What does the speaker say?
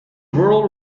rural